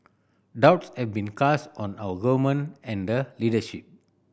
doubts have been cast on our Government and the leadership